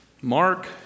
Mark